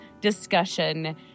discussion